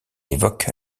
évoque